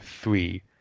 three